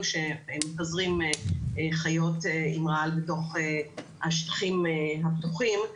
שמפזרים חיות עם רעל בתוך השטחים הפתוחים,